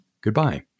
Goodbye